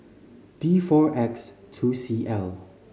D four X two C L